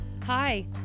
Hi